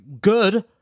good